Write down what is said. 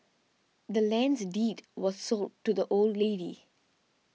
the land's deed was sold to the old lady